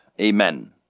Amen